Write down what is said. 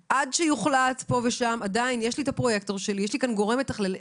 פרויקטור עוד לפני ההכרזה.